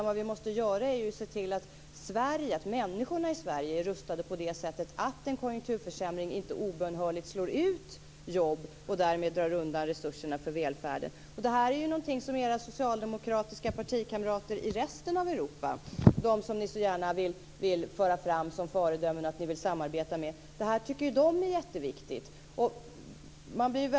Vad vi måste göra är att se till att människorna i Sverige är rustade på det sättet att en konjunkturförsämring inte obönhörligt slår ut jobb och därmed drar undan resurserna för välfärden. Det här är ju någonting som era socialdemokratiska partikamrater i resten av Europa - som ni så gärna vill föra fram som föredömen och som ni vill samarbete med - tycker är jätteviktigt.